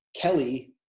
Kelly